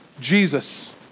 Jesus